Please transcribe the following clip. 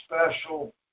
special